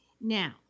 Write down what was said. Now